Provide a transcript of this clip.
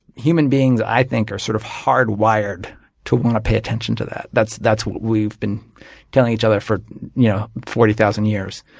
human beings i think are sort of hardwired to want to pay attention to that. that's that's what we've been telling each other for yeah forty thousand years.